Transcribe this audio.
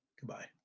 Goodbye